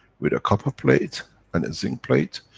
with a copper plate and a zinc plate,